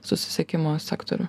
susisiekimo sektorių